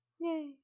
Yay